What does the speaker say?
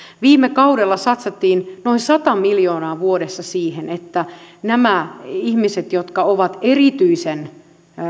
viime kaudella satsattiin noin sata miljoonaa vuodessa siihen että nämä ihmiset jotka ovat erityisen